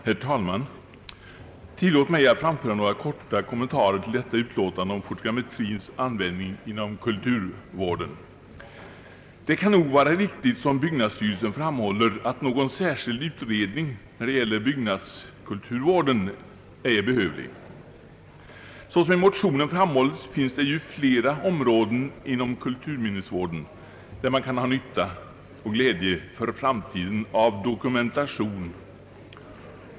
Herr talman! Tillåt mig att framföra några korta kommentarer med anledning av föreliggande utlåtande om fotogrammetrins användning inom kulturminnesvården. Det kan nog vara riktigt, som byggnadsstyrelsen uttalar, att någon särskild utredning när det gäller byggnadskulturvården ej är behövlig. Såsom i motionen framhålles, finns det ju flera områden inom kulturminnesvården där vi kan ha nytta och glädje för framtiden av fotodokumentation.